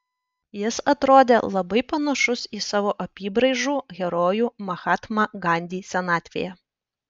jis atrodė labai panašus į savo apybraižų herojų mahatmą gandį senatvėje